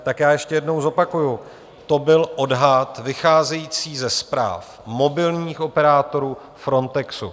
Tak já ještě jednou zopakuju, to byl odhad vycházející ze zpráv mobilních operátorů, Frontexu.